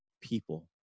people